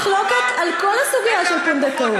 יש מחלוקת על כל הסוגיה של הפונדקאות.